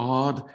God